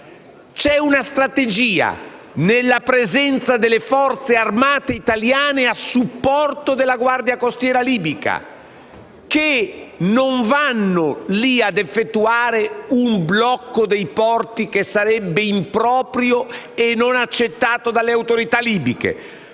C'è una strategia nella presenza della Forze armate italiane a supporto della Guardia costiera libica. Esse non vanno lì ad effettuare un blocco dei porti, che sarebbe improprio e non accettato dalle autorità libiche,